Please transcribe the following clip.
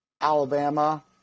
Alabama